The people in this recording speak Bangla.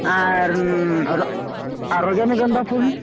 আর আরও আর রজনীগন্ধা ফুল